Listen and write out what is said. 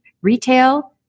retail